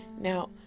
Now